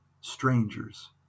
strangers